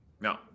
No